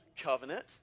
covenant